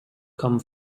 come